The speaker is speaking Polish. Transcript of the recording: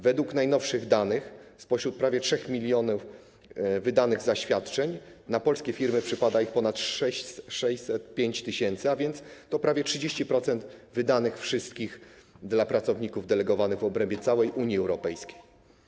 Według najnowszych danych spośród prawie 3 mln wydanych poświadczeń na polskie firmy przypada ich ponad 605 tys., a więc to prawie 30% wszystkich wydanych dla pracowników delegowanych w obrębie całej Unii Europejskiej.